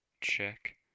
check